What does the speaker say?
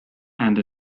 and